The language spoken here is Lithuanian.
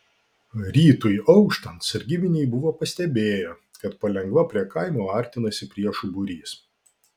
rytui auštant sargybiniai buvo pastebėję kad palengva prie kaimo artinasi priešų būrys